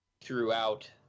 throughout